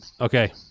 Okay